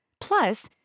Plus